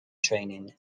training